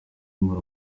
mpora